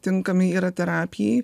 tinkami yra terapijai